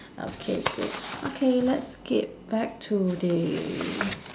okay great okay let's skip back to the